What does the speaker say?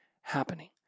happening